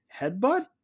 headbutt